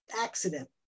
accident